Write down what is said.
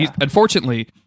Unfortunately